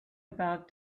about